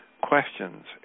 questions